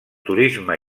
turisme